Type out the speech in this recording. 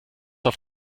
auf